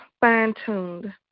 fine-tuned